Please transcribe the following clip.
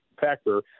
factor